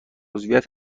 عضویت